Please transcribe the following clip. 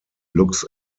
looks